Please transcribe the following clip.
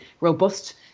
robust